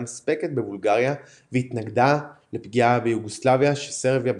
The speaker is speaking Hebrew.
מספקת בבולגריה והתנגדה לפגיעה ביוגוסלביה שסרביה במרכזה.